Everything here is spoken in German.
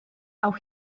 auch